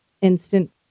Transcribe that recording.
instant